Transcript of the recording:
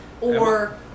or-